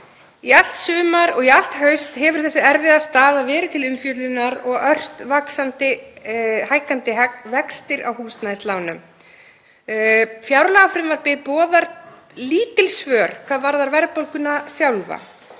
Í allt sumar og í allt haust hefur þessi erfiða staða verið til umfjöllunar og ört hækkandi vextir á húsnæðislánum. Fjárlagafrumvarpið boðar lítil svör hvað varðar verðbólguna sjálfa